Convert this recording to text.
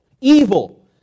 Evil